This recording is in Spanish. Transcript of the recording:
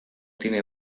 tiene